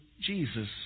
Jesus